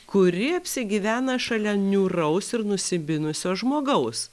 kuri apsigyvena šalia niūraus ir nusiminusio žmogaus